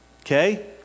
Okay